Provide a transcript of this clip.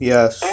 Yes